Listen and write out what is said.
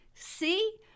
See